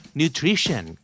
nutrition